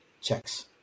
checks